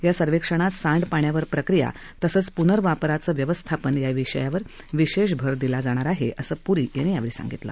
या सर्वेक्षणात सांडपाण्यावर प्रक्रिया तसंच प्नर्वापराचं व्यवस्थापन या विषयावर विशेष भर दिला जाणार आहे असं प्री यांनी यावेळी सांगितलं